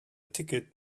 ticket